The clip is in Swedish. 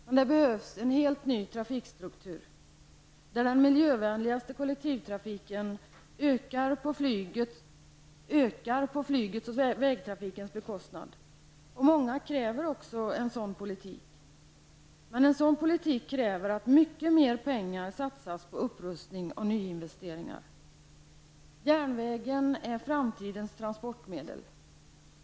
Men det behövs en helt ny transportstruktur, där den miljövänligaste kollektivtrafiken ökar på flygets och vägtrafikens bekostnad. Många kräver också en sådan politik. Men det kräver att mycket mer pengar satsas på upprustning och nyinvesteringar. Järnvägen är framtidens transportmedel.